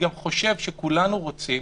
חושב שכולנו רוצים,